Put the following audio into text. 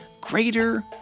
greater